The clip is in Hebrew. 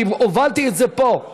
אני הובלתי את זה פה באותה תקופה.